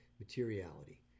materiality